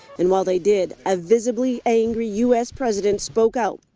and while they did, a visibly angry us president spoke out.